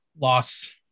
loss